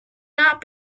not